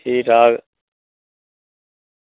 ठीक ठाक